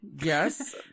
Yes